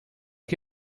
que